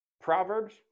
Proverbs